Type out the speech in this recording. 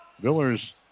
Villers